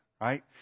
Right